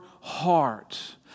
heart